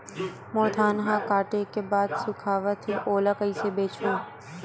मोर धान ह काटे के बाद सुखावत हे ओला कइसे बेचहु?